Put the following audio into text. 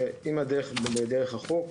ואם הדרך היא דרך החוק,